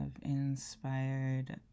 inspired